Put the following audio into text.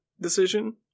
decision